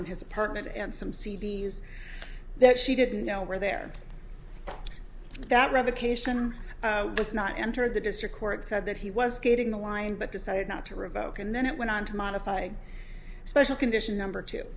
in his apartment and some c d s that she didn't know where there that revocation was not entered the district court said that he was getting the line but decided not to revoke and then it went on to modify special condition number two